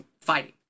fighting